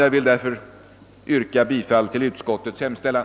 Jag vill yrka bifall till utskottets hemställan.